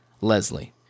Leslie